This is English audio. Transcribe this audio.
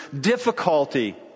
difficulty